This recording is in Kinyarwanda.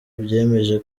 byemeje